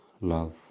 love